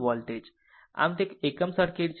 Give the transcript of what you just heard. voltage તે એકમ circuit છે